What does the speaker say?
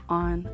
on